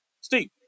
Steve